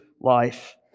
life